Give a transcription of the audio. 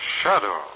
shadow